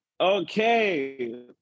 Okay